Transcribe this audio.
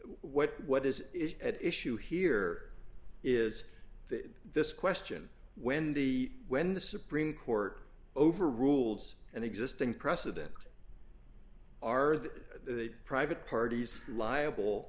what what is at issue here is this question when the when the supreme court over rules and existing precedent are the private parties liable